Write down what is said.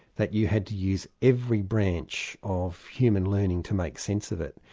that you had to use every branch of human learning to make sense of it.